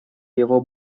его